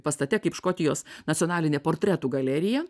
pastate kaip škotijos nacionalinė portretų galerija